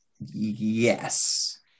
Yes